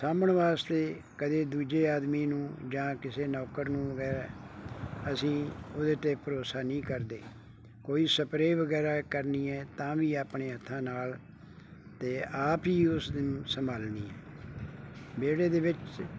ਸਾਂਭਣ ਵਾਸਤੇ ਕਦੇ ਦੂਜੇ ਆਦਮੀ ਨੂੰ ਜਾਂ ਕਿਸੇ ਨੌਕਰ ਨੂੰ ਵਗੈਰਾ ਅਸੀਂ ਉਹਦੇ 'ਤੇ ਭਰੋਸਾ ਨਹੀਂ ਕਰਦੇ ਕੋਈ ਸਪਰੇਅ ਵਗੈਰਾ ਕਰਨੀ ਹੈ ਤਾਂ ਵੀ ਆਪਣੇ ਹੱਥਾਂ ਨਾਲ ਅਤੇ ਆਪ ਹੀ ਉਸ ਦੀ ਸੰਭਾਲਣੀ ਹੈ ਵਿਹੜੇ ਦੇ ਵਿੱਚ